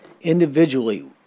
Individually